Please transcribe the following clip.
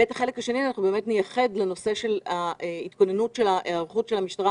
את החלק השני נייחד לנושא היערכות המשטרה